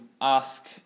ask